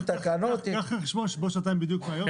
קח בחשבון שבדיוק שנתיים מהיום,